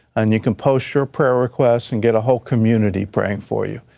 and you can post your prayer requests and get a whole community praying for you.